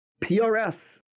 PRS